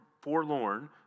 forlorn